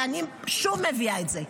ואני שוב מביאה את זה.